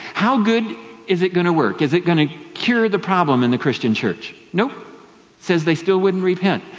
how good is it going to work? is it going to cure the problem in the christian church? no. it says they still wouldn't repent.